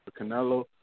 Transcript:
Canelo